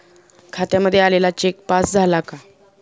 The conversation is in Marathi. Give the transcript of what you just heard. खात्यामध्ये आलेला चेक पास झाला का?